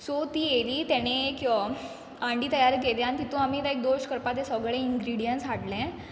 so ती येयली तेणें एक यो आंडी तयार केली आनी तितूंत आमी लायक दोश करपा ते सगळे इंग्रिडियंट्स हाडले